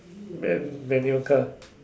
man~ manual car